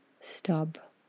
Stop